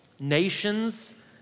nations